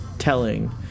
Telling